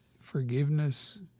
forgiveness